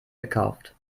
gekauft